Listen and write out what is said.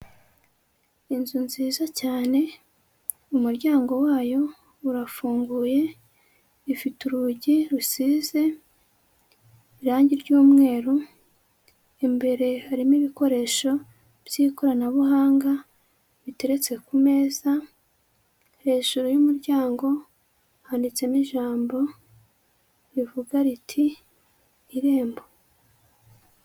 Inzu nziza cyane, umuryango wayo urafunguye ifite urugi rusize irangi ry'umweru, imbere harimo ibikoresho by'ikoranabuhanga biteretse ku meza, hejuru y'umuryango handitsemo ijambo rivuga riti''irembo.''